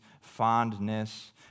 fondness